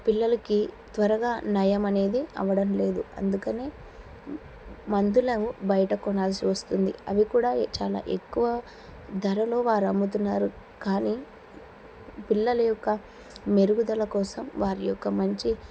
పిల్లలకి త్వరగా నయం అనేది అవడం లేదు అందుకనే మందుల బయట కొనాల్సి వస్తుంది అవి కూడా చాలా ఎక్కువ ధరలో వారు అమ్ముతున్నారు కానీ పిల్లల యొక్క మెరుగుదల కోసం వారి యొక్క మంచి